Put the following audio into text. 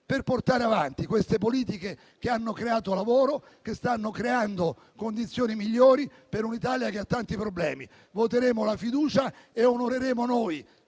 per portare avanti queste politiche, che hanno creato lavoro e stanno creando condizioni migliori per un'Italia che ha tanti problemi. Voteremo la fiducia e onoreremo noi